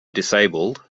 disabled